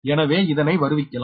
எனவே இதனை வருவிக்கலாம்